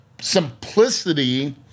simplicity